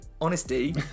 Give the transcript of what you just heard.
honesty